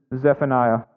Zephaniah